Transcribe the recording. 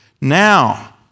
Now